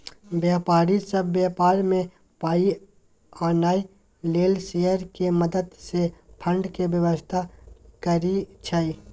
व्यापारी सब व्यापार में पाइ आनय लेल शेयर के मदद से फंड के व्यवस्था करइ छइ